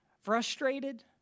Frustrated